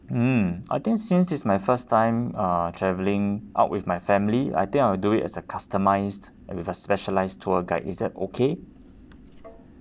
mm I think since this is my first time uh travelling out with my family I think I will do it as a customised with a specialised tour guide is that okay